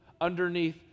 underneath